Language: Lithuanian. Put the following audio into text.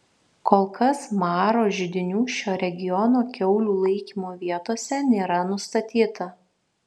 kol kas maro židinių šio regiono kiaulių laikymo vietose nėra nustatyta